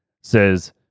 says